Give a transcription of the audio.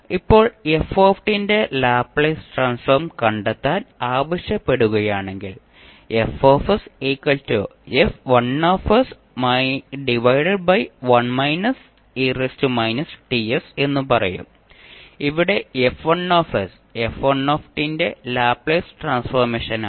ഇപ്പോൾ f ന്റെ Laplace transform കണ്ടെത്താൻ ആവശ്യപ്പെടുകയാണെങ്കിൽ എന്ന് പറയും ഇവിടെ F1 f1 ന്റെ ലാപ്ലേസ് ട്രാൻസ്ഫോർമേഷനാണ്